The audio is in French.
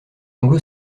anglo